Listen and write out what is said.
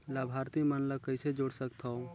लाभार्थी मन ल कइसे जोड़ सकथव?